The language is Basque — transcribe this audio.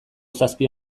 zazpi